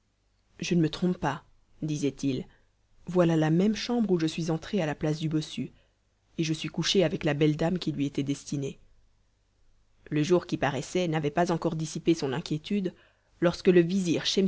je ne me trompe pas disait-il voilà la même chambre où je suis entré à la place du bossu et je suis couché avec la belle dame qui lui était destinée le jour qui paraissait n'avait pas encore dissipé son inquiétude lorsque le vizir